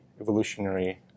evolutionary